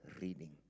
reading